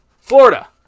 Florida